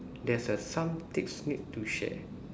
there's a some tips need to share